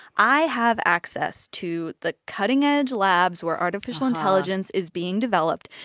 i have access to the cutting-edge labs where artificial intelligence is being developed.